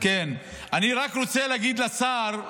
כן, אני רק רוצה להגיד לשר,